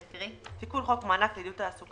תיקון חוק מענק לעידוד תעסוקה בחוק מענק לעידוד